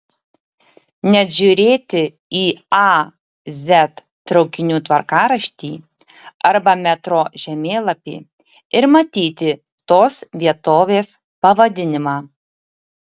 net žiūrėti į a z traukinių tvarkaraštį arba metro žemėlapį ir matyti tos vietovės pavadinimą